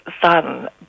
son